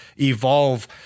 evolve